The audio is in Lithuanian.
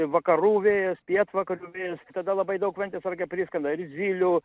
vakarų vėjas pietvakarių vėjas tada labai daug ventės rage priskrenda ir zylių